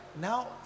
now